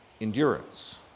endurance